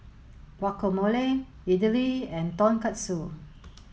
Guacamole Idili and Tonkatsu